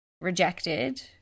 rejected